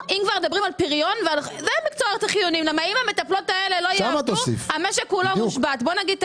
אז אם אמרנו שהממוצע הוא 1,600 אפשר להניח שאם שני